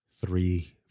three